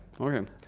Okay